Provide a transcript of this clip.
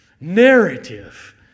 narrative